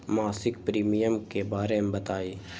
मासिक प्रीमियम के बारे मे बताई?